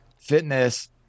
fitness